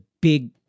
big